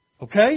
Okay